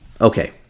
Okay